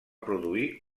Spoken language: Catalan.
produir